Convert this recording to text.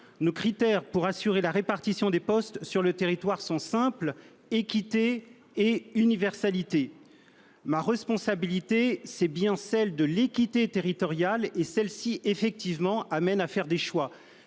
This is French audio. Nos critères pour assurer la répartition des postes sur le territoire sont simples : équité et universalité. Ma responsabilité est bien celle de l'équité territoriale et celle-ci amène à faire des choix,